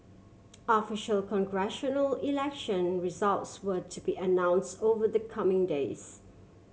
official congressional election results were to be announce over the coming days